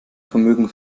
vermögen